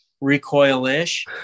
recoil-ish